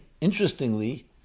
interestingly